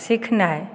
सीखनाइ